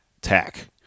tack